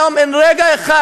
אין יום, אין רגע אחד,